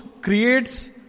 creates